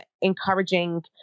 encouraging